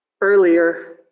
earlier